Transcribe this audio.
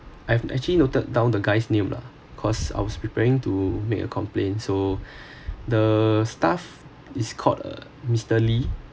I've actually noted down the guy's name lah cause I was preparing to make a complain so the staff is called uh mister lee